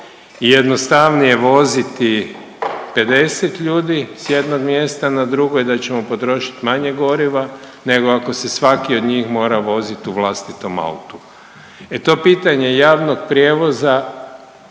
i jednostavnije voziti 50 ljudi s jednog mjesta na drugo i da ćemo potrošiti manje goriva nego ako se svaki od njih mora vozit u vlastitom autu. E to pitanje javnog prijevoza